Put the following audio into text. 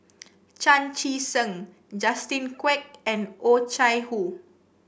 Chan Chee Seng Justin Quek and Oh Chai Hoo